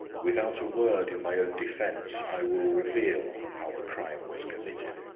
without a word in my own defense, i will reveal how the crime was committed.